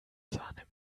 sahne